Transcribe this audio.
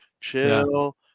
chill